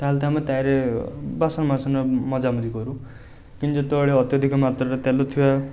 ତାହେଲେ ତ ଆମେ ତାରି ବାସନ ମାସନ ମଜାମଜି କରୁ କିନ୍ତୁ ଯେତେବେଳେ ଅତ୍ୟଧିକ ମାତ୍ରାରେ ତେଲ ଥିବା